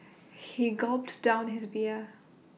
he gulped down his beer